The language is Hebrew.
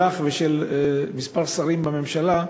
שלך ושל כמה שרים בממשלה,